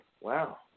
Wow